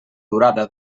durada